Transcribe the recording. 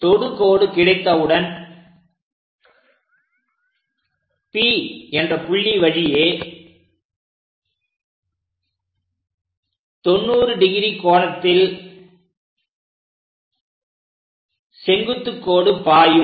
தொடுகோடு கிடைத்தவுடன் P என்ற புள்ளி வழியே 90° கோணத்தில் செங்குத்து கோடு பாயும்